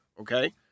Okay